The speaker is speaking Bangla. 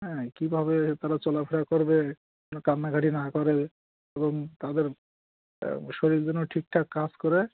হ্যাঁ কীভাবে তারা চলাফেরা করবে বা কান্নাকাটি না করে এবং তাদের শরীর জন্য ঠিকঠাক কাজ করে